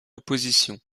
opposition